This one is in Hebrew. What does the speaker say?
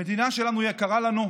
המדינה שלנו יקרה לנו,